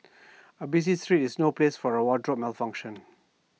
A busy street is no place for A wardrobe malfunction